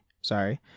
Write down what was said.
sorry